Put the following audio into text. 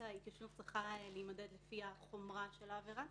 ההתיישנות צריכה להימדד לפי החומרה של העבירה.